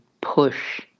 push